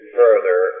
further